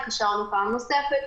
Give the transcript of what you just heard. התקשרנו פעם נוספת,